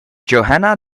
johanna